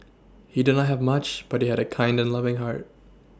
he did not have much but he had a kind and loving heart